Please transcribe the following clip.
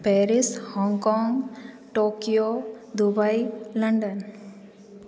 Paris Hong Kong Tokyo Dubai London